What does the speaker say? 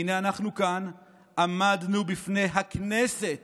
והינה, אנחנו כאן עמדנו בפני הכנסת